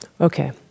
Okay